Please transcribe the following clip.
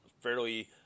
fairly